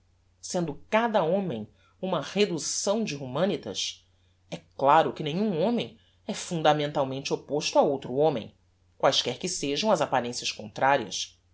sendo cada homem uma reducção de humanitas é claro que nenhum homem é fundamentalmente opposto a outro homem quaesquer que sejam as apparencias contrarias